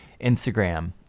Instagram